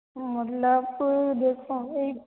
मतलब देखो एक